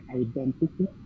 identity